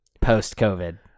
post-COVID